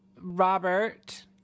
robert